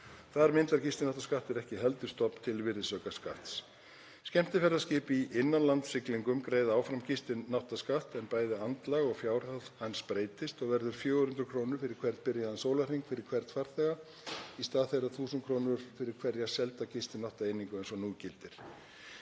Þar myndar gistináttaskattur ekki heldur stofn til virðisaukaskatts. Skemmtiferðaskip í innanlandssiglingum greiða áfram gistináttaskatt en bæði andlag og fjárhæð hans breytist og verður 400 kr. fyrir hvern byrjaðan sólarhring fyrir hvern farþega í stað 1.000 kr. fyrir hverja selda gistináttaeiningu eins og nú gildir.